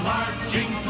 Marching